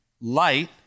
light